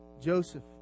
Joseph